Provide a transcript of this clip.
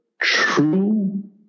true